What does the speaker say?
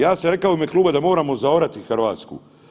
Ja sam rekao u ime kluba da moramo zaorati Hrvatsku.